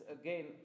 again